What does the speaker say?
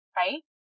right